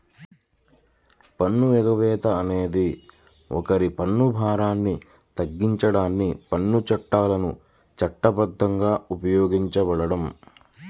పన్ను ఎగవేత అనేది ఒకరి పన్ను భారాన్ని తగ్గించడానికి పన్ను చట్టాలను చట్టబద్ధంగా ఉపయోగించడం